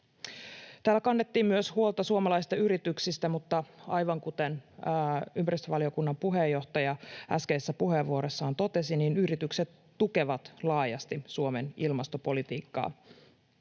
Täällä kannettiin myös huolta suomalaisista yrityksistä, mutta aivan kuten ympäristövaliokunnan puheenjohtaja äskeisessä puheenvuorossaan totesi, niin yritykset tukevat laajasti Suomen ilmastopolitiikkaa.